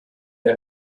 der